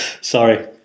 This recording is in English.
sorry